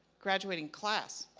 graduating class,